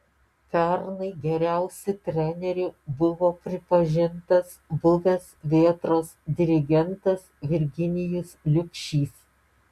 pernai geriausiu treneriu buvo pripažintas buvęs vėtros dirigentas virginijus liubšys